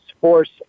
Force